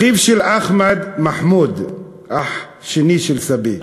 אחיו של אחמד, מחמוד, אח שני של סבי,